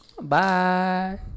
Bye